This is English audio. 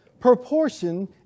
proportion